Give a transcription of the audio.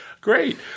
Great